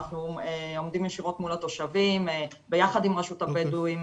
אנחנו עומדים בישירות מול התושבים ביחד עם רשות הבדואים.